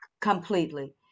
completely